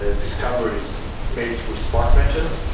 ah discoveries made through smart matches.